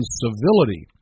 civility